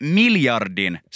miljardin